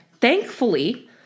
Thankfully